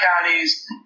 counties